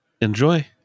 Enjoy